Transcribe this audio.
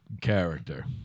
character